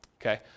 okay